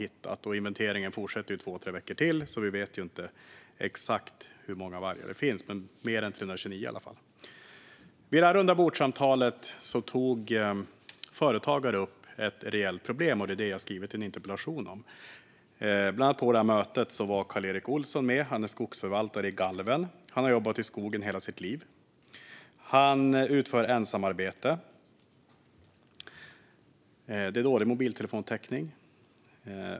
Inventeringen fortsätter två tre veckor till, så vi vet inte exakt hur många vargar det finns. Men det är i alla fall mer än 329. Vid detta rundabordssamtal tog företagare upp ett reellt problem, och det är detta som jag har skrivit en interpellation om. På detta möte var bland andra Karl-Erik Olsson med. Han är skogsförvaltare i Galven och har jobbat i skogen hela sitt liv. Han utför ensamarbete i skogen, där det är dålig mobiltelefontäckning.